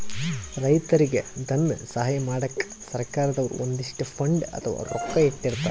ರೈತರಿಗ್ ಧನ ಸಹಾಯ ಮಾಡಕ್ಕ್ ಸರ್ಕಾರ್ ದವ್ರು ಒಂದಿಷ್ಟ್ ಫಂಡ್ ಅಥವಾ ರೊಕ್ಕಾ ಇಟ್ಟಿರ್ತರ್